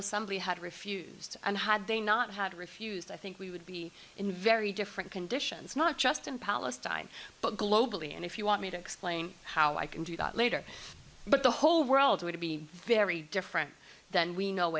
assembly had refused and had they not had refused i think we would be in very different conditions not just in palestine but globally and if you want me to explain how i can do that later but the whole world would be very different than we know